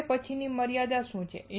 હવે પછીની મર્યાદા શું છે